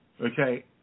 okay